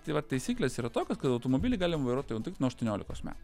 tai vat taisyklės yra tokios kad automobilį galima vairuot nuo aštuoniolikos metų